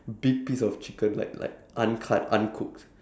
big piece of chicken like like uncut uncooked